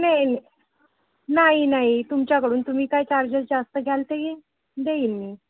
नाही नाही नाही तुमच्याकडून तुम्ही काय चार्जेस जास्त घ्याल ते देईन मी